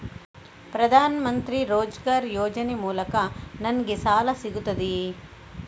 ಪ್ರದಾನ್ ಮಂತ್ರಿ ರೋಜ್ಗರ್ ಯೋಜನೆ ಮೂಲಕ ನನ್ಗೆ ಸಾಲ ಸಿಗುತ್ತದೆಯೇ?